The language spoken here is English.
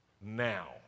now